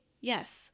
yes